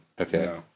Okay